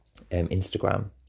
Instagram